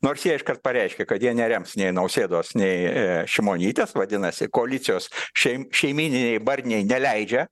nors jie iškart pareiškė kad jie nerems nei nausėdos nei šimonytės vadinasi koalicijos šei šeimyniniai barniai neleidžia